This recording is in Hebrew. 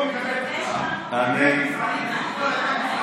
אני לא מקבל את כל מה שאמרת.